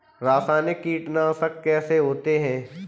रासायनिक कीटनाशक कैसे होते हैं?